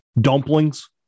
dumplings